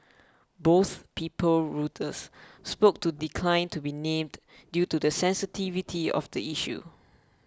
both people Reuters spoke to declined to be named due to the sensitivity of the issue